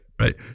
right